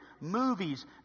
movies